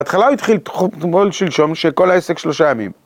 ‫התחלה התחיל אתמול שלשום ‫שכל העסק שלושה ימים.